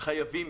חייבים.